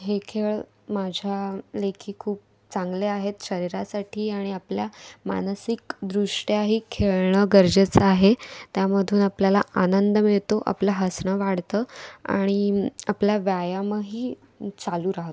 हे खेळ माझ्या लेखी खूप चांगले आहेत शरीरासाठी आणि आपल्या मानसिकदृष्ट्याही खेळणं गरजेचं आहे त्यामधून आपल्याला आनंद मिळतो आपलं हसणं वाढतं आणि आपल्या व्यायामही चालू राहतो